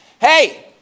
Hey